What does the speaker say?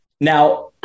Now